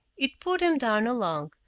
it bore them down a long,